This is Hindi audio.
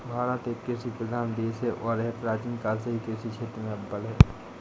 भारत एक कृषि प्रधान देश है और यह प्राचीन काल से ही कृषि क्षेत्र में अव्वल है